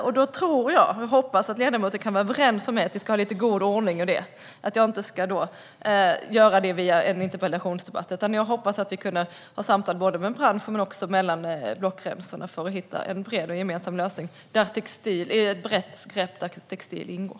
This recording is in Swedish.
Jag tror och hoppas att ledamoten kan vara överens med mig om att vi ska ha god ordning i det, att jag inte ska göra det via en interpellationsdebatt. Jag hoppas att vi kan föra samtal med branschen men också över blockgränserna för att hitta en bred och gemensam lösning där textilier ingår.